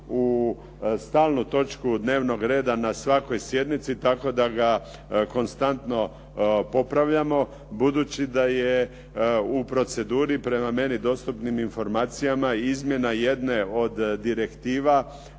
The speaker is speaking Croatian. u stalnu točku dnevnog reda na svakoj sjednici tako da ga konstantno popravljamo budući da je u proceduri prema meni dostupnim informacijama izmjena jedne od direktive